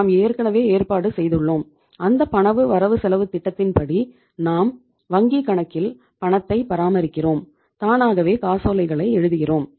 நாம் ஏற்கனவே ஏற்பாடு செய்துள்ளோம் அந்த பண வரவுசெலவுத் திட்டத்தின் படி நாம் வங்கிக் கணக்கில் பணத்தை பராமரிக்கிறோம் தானாகவே காசோலைகளை எழுதுகிறோம்